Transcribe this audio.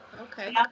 Okay